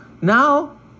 Now